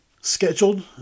scheduled